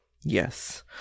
Yes